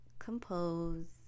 compose